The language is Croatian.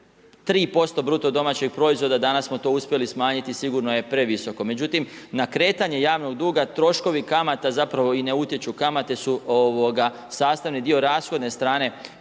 koju plaćamo, 3% BDP danas smo to uspjeli smanjiti sigurno je previsoko. Međutim, na kretanje javnog duga, troškovi kamata zapravo i ne utječu, kamate su sastavni dio rashodne strane